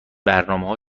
برنامهها